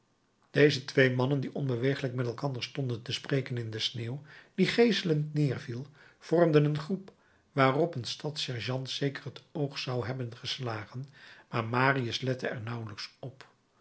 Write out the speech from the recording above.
deze twee mannen die onbewegelijk met elkander stonden te spreken in de sneeuw die geeselend neerviel vormden een groep waarop een stadssergeant zeker het oog zou hebben geslagen maar marius lette er nauwelijks op